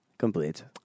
Complete